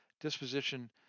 disposition